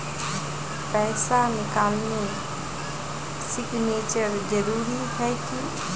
पैसा निकालने सिग्नेचर जरुरी है की?